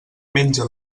menja